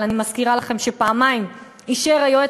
אבל אני מזכירה לכם שפעמיים אישר היועץ